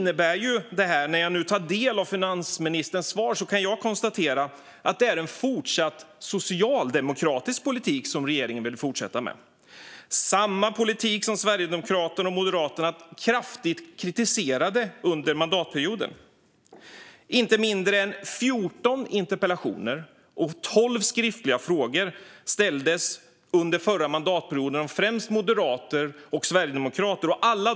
När jag nu tar del av finansministerns svar kan jag konstatera att det är en socialdemokratisk politik som regeringen vill fortsätta med - samma politik som Sverigedemokraterna och Moderaterna kraftigt kritiserade under förra mandatperioden. Inte mindre än 14 interpellationer och 12 skriftliga frågor som rörde folkräkning i Sverige ställdes under förra mandatperioden av främst moderater och sverigedemokrater.